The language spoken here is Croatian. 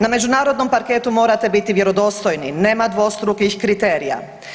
Na međunarodnom parketu morate biti vjerodostojni, nema dvostrukih kriterija.